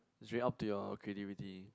it's really up to your creativity